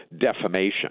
defamation